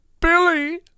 Billy